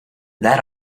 that